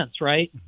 right